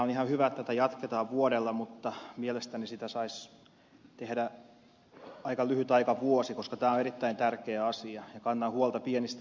on ihan hyvä että tätä jatketaan vuodella mutta mielestäni vuosi on aika lyhyt aika koska tämä on erittäin tärkeä asia ja kannan huolta pienistä yrittäjistä